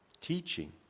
teaching